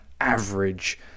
average